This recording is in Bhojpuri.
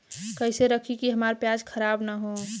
कइसे रखी कि हमार प्याज खराब न हो?